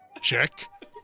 check